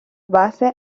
bases